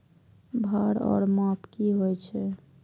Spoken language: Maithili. भार ओर माप की होय छै?